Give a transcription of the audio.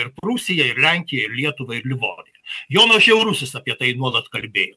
ir prūsiją ir lenkiją ir lietuvą ir livoniją jonas žiaurusis apie tai nuolat kalbėjo